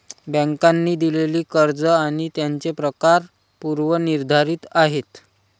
बँकांनी दिलेली कर्ज आणि त्यांचे प्रकार पूर्व निर्धारित आहेत